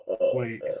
Wait